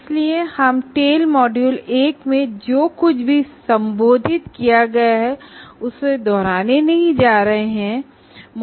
इसलिए हम टेल मॉड्यूल 1 में जो कुछ बताया गया है उसे दोहराने नहीं जा रहे हैं